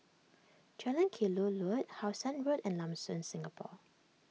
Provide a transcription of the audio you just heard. Jalan Kelulut How Sun Road and Lam Soon Singapore